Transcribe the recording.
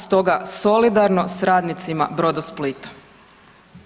Stoga solidarno s radnicima Brodosplita.